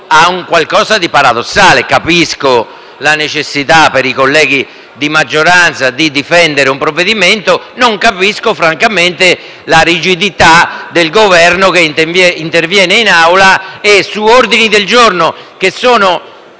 Capisco la necessità, per i colleghi di maggioranza di difendere il provvedimento, ma non capisco, francamente, la rigidità del Governo, che interviene in Aula e, su mozioni che sono